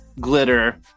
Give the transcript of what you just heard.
glitter